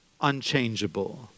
unchangeable